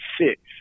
six